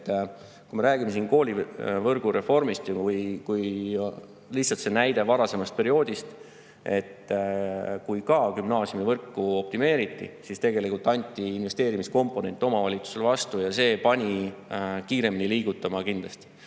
kui me räägime siin koolivõrgu reformist, oli see. Ma toon lihtsalt näite varasemast perioodist, kui ka gümnaasiumivõrku optimeeriti: siis tegelikult anti investeerimiskomponent omavalitsusele vastu ja see pani kiiremini liigutama kindlasti.